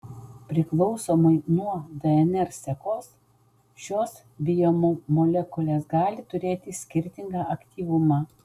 priklausomai nuo dnr sekos šios biomolekulės gali turėti skirtingą aktyvumą